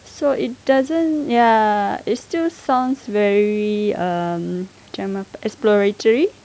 so it doesn't ya it still sounds very um macam apa exploratory